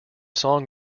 song